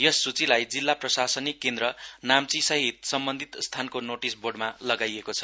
यस सूचिलाई जिल्ला प्रशासनिक केनद्र नाम्चीसहित सम्बन्धित स्थानको नोटीस बोर्डमा लगाइएको छ